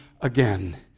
again